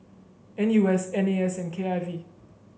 N U S N A S and K I V